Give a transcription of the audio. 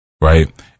Right